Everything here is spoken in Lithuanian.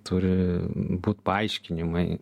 turi būt paaiškinimai